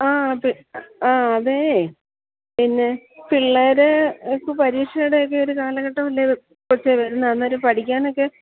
ആ അത് ആ അതേ പിന്നെ പിള്ളേര്ക്ക് പരീക്ഷയുടെയൊക്കെ ഒരു കാലഘട്ടമല്ലേ കൊച്ചേ വരുന്നത് അന്നേരം പഠിക്കാനൊക്കെ